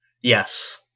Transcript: Yes